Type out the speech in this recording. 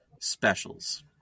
specials